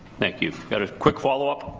thank you. got a quick follow up.